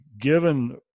given